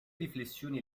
riflessioni